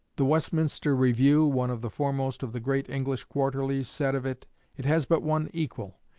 the westminster review, one of the foremost of the great english quarterlies, said of it it has but one equal,